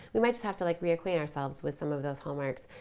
we might just have to like reacquaint ourselves with some of those hallmarks.